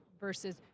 versus